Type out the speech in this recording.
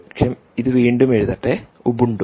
ക്ഷമിക്കണം ഇത് വീണ്ടും എഴുതട്ടെ ഉബുണ്ടു